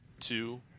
Two